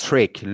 Trick